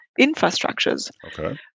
infrastructures